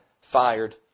fired